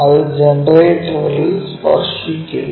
അത് ജനറേറ്ററിൽ സ്പർശിക്കില്ല